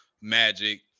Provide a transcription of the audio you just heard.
Magic